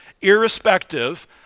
irrespective